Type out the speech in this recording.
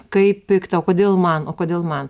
kaip pikta o kodėl man o kodėl man